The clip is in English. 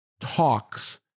talks